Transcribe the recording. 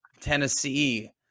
Tennessee